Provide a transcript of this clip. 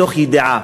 מתוך ידיעה,